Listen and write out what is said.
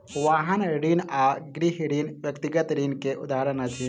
वाहन ऋण आ गृह ऋण व्यक्तिगत ऋण के उदाहरण अछि